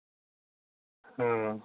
आं